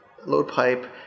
Loadpipe